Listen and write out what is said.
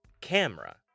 camera